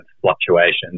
fluctuations